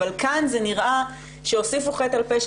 אבל כאן זה נראה שהוסיפו חטא על פשע